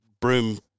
broom